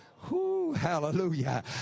hallelujah